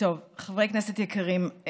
חברי כנסת יקרים,